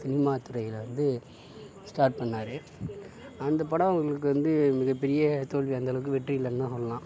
cinema துறையில் வந்து start பண்ணார் அந்தப் படம் அவங்களுக்கு வந்து மிகப்பெரிய தோல்வி அந்த அளவுக்கு வெற்றி இல்லைன்னுதான் சொல்லலாம்